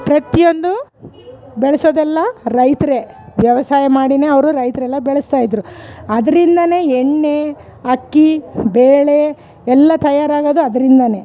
ಪ್ರತಿಯೊಂದು ಬೆಳ್ಸೋದೆಲ್ಲ ರೈತ್ರೇ ವ್ಯವಸಾಯ ಮಾಡಿನೇ ಅವರು ರೈತ್ರೆಲ್ಲ ಬೆಳೆಸ್ತಾಯಿದ್ದರು ಅದರಿಂದನೇ ಎಣ್ಣೆ ಅಕ್ಕಿ ಬೇಳೆ ಎಲ್ಲ ತಯಾರಾಗೋದು ಅದರಿಂದನೇ